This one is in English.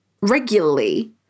regularly